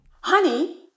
Honey